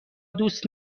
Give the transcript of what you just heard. دوست